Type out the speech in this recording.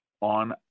on